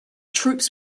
troops